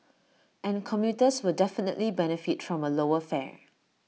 and commuters will definitely benefit from A lower fare